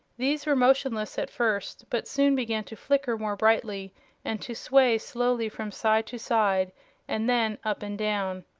these were motionless at first, but soon began to flicker more brightly and to sway slowly from side to side and then up and down.